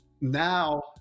now